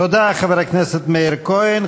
תודה, חבר הכנסת מאיר כהן.